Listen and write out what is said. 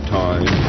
time